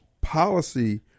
policy